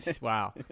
wow